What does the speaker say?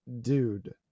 dude